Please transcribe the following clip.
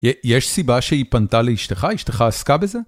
יש סיבה שהיא פנתה לאשתך? אשתך עסקה בזה?